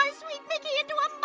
ah sweet mickey into a